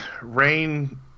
rain